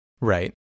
Right